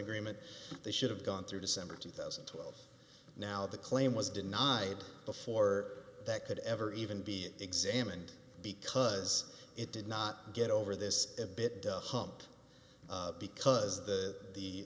agreement they should have gone through december two thousand and twelve now the claim was denied before that could ever even be examined because it did not get over this a bit hump because the the